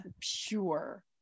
pure